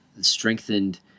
strengthened